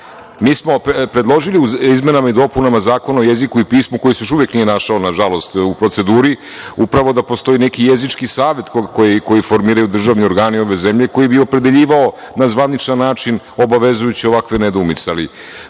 smo predložili u izmenama i dopunama Zakona o jeziku i pismu, koji se još uvek nije našao nažalost u proceduri, upravo da postoji neki jezički savet koji formiraju državni organi ove zemlje koji bi opredeljivao na zvaničan način obavezujući ovakve nedoumice,